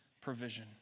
provision